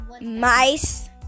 mice